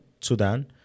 Sudan